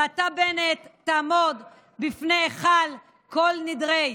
ואתה, בנט, תעמוד בפני היכל כל נדרי.